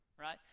right